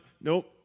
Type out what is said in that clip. nope